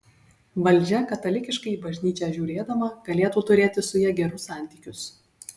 valdžia katalikiškai į bažnyčią žiūrėdama galėtų turėti su ja gerus santykius